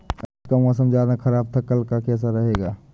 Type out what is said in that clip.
आज का मौसम ज्यादा ख़राब था कल का कैसा रहेगा?